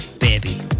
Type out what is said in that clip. Baby